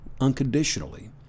unconditionally